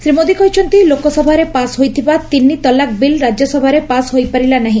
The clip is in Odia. ଶ୍ରୀ ମୋଦି କହିଛନ୍ତି ଲୋକସଭାରେ ପାସ୍ ହୋଇଥିବା ତିନି ତଲାକ ବିଲ୍ ରାଜ୍ୟସଭାରେ ପାସ୍ ହୋଇପାରିଲା ନାହି